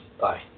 Bye